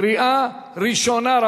קריאה ראשונה.